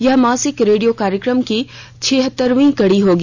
यह मासिक रेडियो कार्यक्रम की छिहत्तरवीं कड़ी होगी